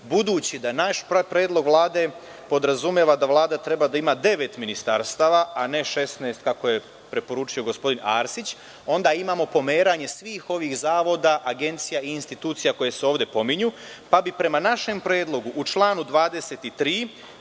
Budući da naš predlog Vlade podrazumeva da Vlada treba da ima devet ministarstava, a ne 16, kako je preporučio gospodin Arsić, onda imamo pomeranje svih ovih zavoda, agencija i institucija koje se ovde pominju, pa bi prema našem predlogu, u članu 23,